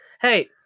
hey